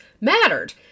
mattered